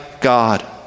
God